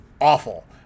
awful